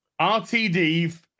RTD